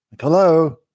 Hello